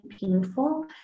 painful